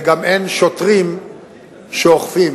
וגם אין שוטרים שאוכפים.